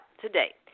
today